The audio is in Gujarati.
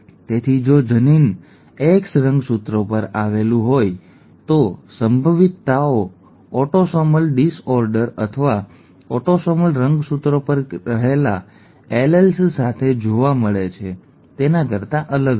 તેથી જો જનીન X રંગસૂત્રો પર આવેલું હોય તો સંભવિતતાઓ ઓટોસોમલ ડિસઓર્ડર્સ અથવા ઓટોસોમલ રંગસૂત્રો પર રહેતા એલેલ્સ સાથે જોવા મળે છે તેના કરતા અલગ હશે